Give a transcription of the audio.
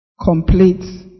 complete